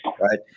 right